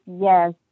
Yes